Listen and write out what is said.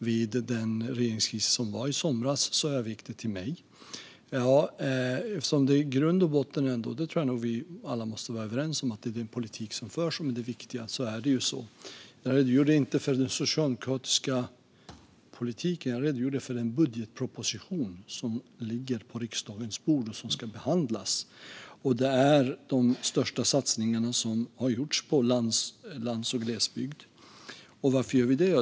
Vid den regeringskris som var i somras övergick den till mig. Jag tror att vi alla måste vara överens om att det är den politik som förs som är det viktiga. Jag redogjorde inte för den socialdemokratiska politiken. Jag redogjorde för den budgetproposition som ligger på riksdagens bord och som ska behandlas. Där gör vi de största satsningar som har gjorts på lands och glesbygd. Och varför gör vi det?